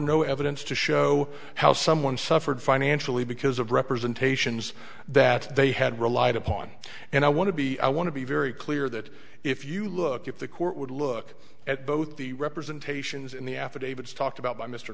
no evidence to show how someone suffered financially because of representations that they had relied upon and i want to be i want to be very clear that if you look if the court would look at both the representations in the affidavits talked about by mr